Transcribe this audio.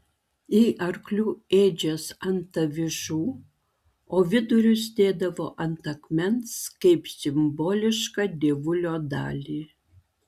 į arklių ėdžias ant avižų o vidurius dėdavo ant akmens kaip simbolišką dievulio dalį